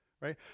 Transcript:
Right